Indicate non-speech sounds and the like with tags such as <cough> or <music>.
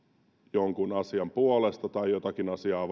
jonkun asian puolesta tai jotakin asiaa <unintelligible>